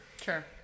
Sure